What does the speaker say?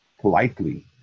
politely